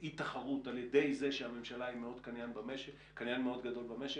אי-תחרות על ידי זה שהממשלה היא קניין מאוד גדול במשק,